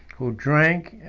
who drank,